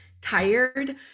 tired